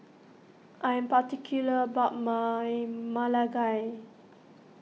I am particular about my Ma Lai Gao